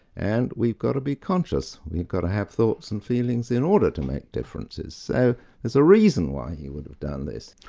and we've got to be conscious, we've got to have thoughts and feelings in order to make differences, so there's a reason why he would have done this.